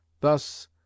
thus